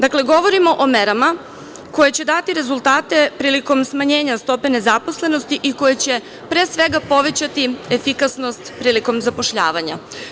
Dakle, govorimo o merama koje će dati rezultate prilikom smanjenja stope nezaposlenosti i koje će pre svega povećati efikasnost prilikom zapošljavanja.